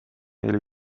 neile